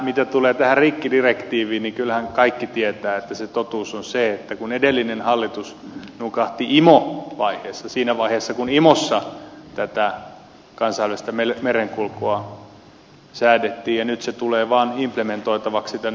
mitä tulee tähän rikkidirektiiviin niin kyllähän kaikki tietävät että se totuus on se että edellinen hallitus nukahti imo vaiheessa siinä vaiheessa kun imossa tätä kansainvälistä merenkulkua säädettiin ja nyt se tulee vaan implementoitavaksi tänne eurooppaan